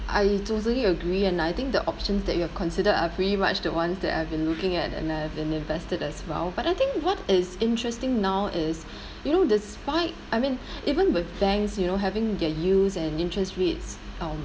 I totally agree and I think the options that you have considered are pretty much the ones that I've been looking at and I've been invested as well but I think what is interesting now is you know despite I mean even with banks you know having their yields and interest rates um